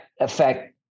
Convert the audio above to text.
affect